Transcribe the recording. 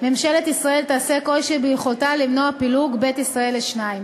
"ממשלת ישראל תעשה כל שביכולתה למנוע פילוג בית ישראל לשניים".